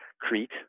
Crete